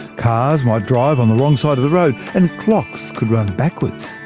cars might drive on the wrong side of the road, and clocks could run backwards.